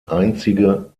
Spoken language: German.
einzige